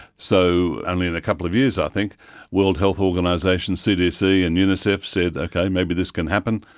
so only in a couple of years i think world health organisations cdc and unicef said, okay, maybe this can happen.